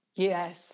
Yes